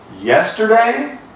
yesterday